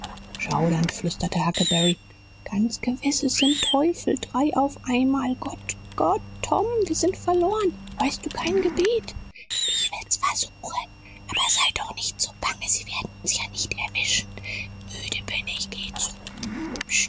schaudernd flüsterte huckleberry ganz gewiß es sind teufel drei auf einmal gott gott tom wir sind verloren weißt du kein gebet ich will's versuchen aber sei doch nicht so bange sie werden uns ja nicht erwischen müde bin ich geh zur